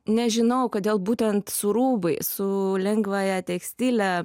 nežinau kodėl būtent su rūbais su lengvąja tekstile